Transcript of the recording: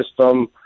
system